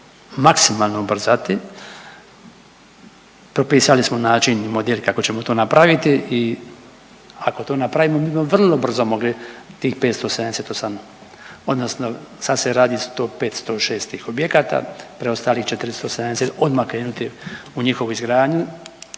maksimalno ubrzati, propisali smo način i model kako ćemo to napraviti i ako to napravimo mi bi vrlo brzo mogli tih 578 odnosno sad se radi 105-106 tih objekata, preostalih 470 odmah krenuti u njihovu izgradnju,